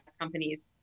companies